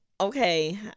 okay